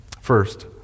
First